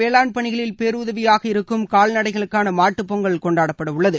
வேளாண் பணிகளில் பேருதவியாக நாளைய தினம் இருக்கும் கால்நடைகளுக்கான மாட்டுப்பொங்கல் கொண்டாடப்பட உள்ளது